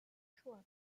shoah